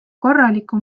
korraliku